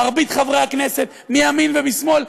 מרבית חברי הכנסת מימין ומשמאל,